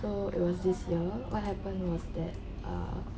so there was this year what happened was that uh